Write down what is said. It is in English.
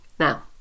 Now